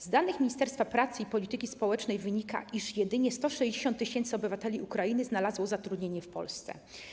Z danych Ministerstwa Rodziny i Polityki Społecznej wynika, iż jedynie 160 tys. obywateli Ukrainy znalazło zatrudnienie w Polsce.